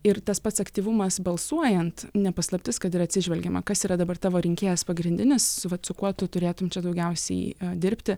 ir tas pats aktyvumas balsuojant ne paslaptis kad yra atsižvelgiama kas yra dabar tavo rinkėjas pagrindinis vat su kuo tu turėtum čia daugiausiai dirbti